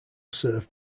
served